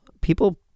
people